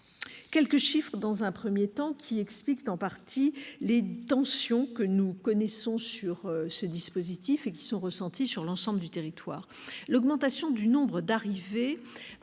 quelques chiffres, dans un premier temps, expliquant en partie les tensions que nous connaissons sur ce dispositif et qui sont ressenties sur l'ensemble du territoire. L'augmentation du nombre d'arrivées